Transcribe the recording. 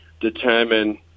determine